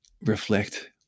reflect